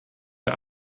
der